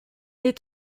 est